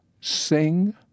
sing